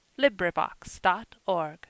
LibriVox.org